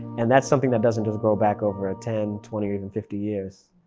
and that's something that doesn't just grow back over a ten, twenty or even fifty years